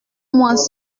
moins